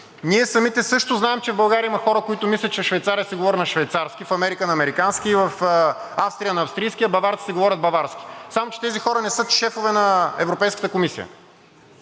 Ние самите също знаем, че в България има хора, които мислят, че в Швейцария се говори на швейцарски, в Америка на американски и в Австрия на австрийски, а баварците говорят баварски. Само че тези хора не са шефове на Европейската комисия